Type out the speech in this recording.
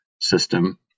system